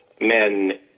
Men